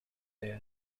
their